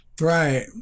Right